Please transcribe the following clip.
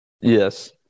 Yes